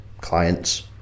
client's